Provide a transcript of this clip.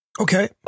Okay